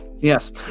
Yes